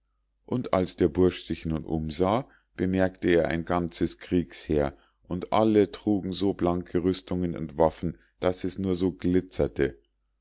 und als der bursch sich nun umsah bemerkte er ein ganzes kriegsheer und alle trugen so blanke rüstungen und waffen daß es nur so glitzerte